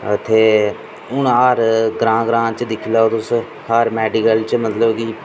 ते हून हर ग्रांऽ ग्रांऽ च दिक्खी लाओ तुस मैडिकल च